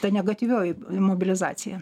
ta negatyvioji mobilizacija